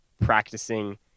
practicing